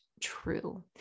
true